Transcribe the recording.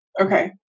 Okay